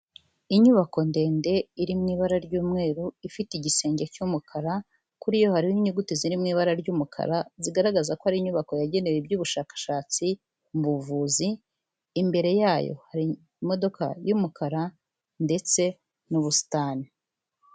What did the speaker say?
Inyubako ndende iri mu ibara ry'umweru, ifite igisenge cy'umukara, kuri yo hariho inyuguti ziri mu ibara ry'umukara, zigaragaza ko ari inyubako yagenewe iby'ubushakashatsi mu buvuzi, imbere yayo hari imodoka y'umukara ndetse n'ubusitani.